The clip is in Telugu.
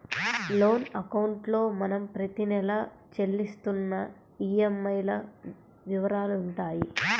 లోన్ అకౌంట్లో మనం ప్రతి నెలా చెల్లిస్తున్న ఈఎంఐల వివరాలుంటాయి